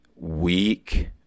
weak